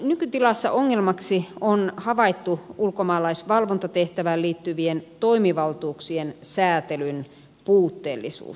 nykytilassa ongelmaksi on havaittu ulkomaalaisvalvontatehtävään liittyvien toimivaltuuksien sääntelyn puutteellisuus